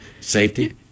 safety